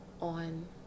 on